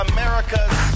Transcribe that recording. America's